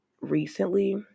recently